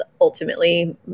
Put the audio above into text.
ultimately